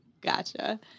Gotcha